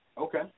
Okay